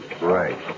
Right